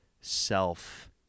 self